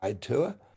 tour